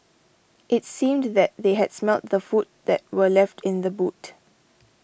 it seemed that they had smelt the food that were left in the boot